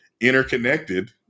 interconnected